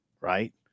right